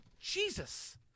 Jesus